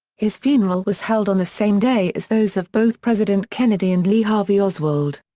his funeral was held on the same day as those of both president kennedy and lee harvey oswald.